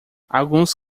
alguns